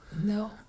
no